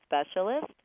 specialist